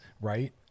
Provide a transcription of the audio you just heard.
right